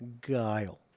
Guile